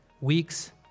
weeks